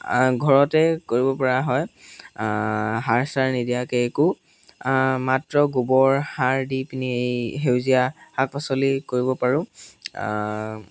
ঘৰতে কৰিব পৰা হয় সাৰ চাৰ নিদিয়াকৈ একো মাত্ৰ গোবৰ সাৰ দি পিনি এই সেউজীয়া শাক পাচলি কৰিব পাৰোঁ